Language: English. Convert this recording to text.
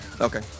Okay